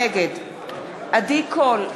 נגד עדי קול,